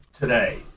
today